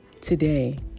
today